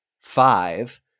five